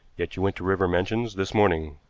yet you went to river mansions this morning.